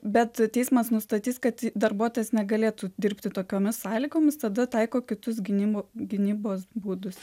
bet teismas nustatys kad darbuotojas negalėtų dirbti tokiomis sąlygomis tada taiko kitus gynimo gynybos būdus